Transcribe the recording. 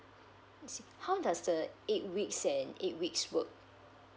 so how does the eight weeks eight weeks works